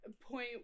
point